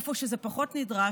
איפה שזה פחות נדרש,